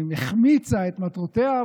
החמיצה את מטרותיה,